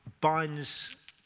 binds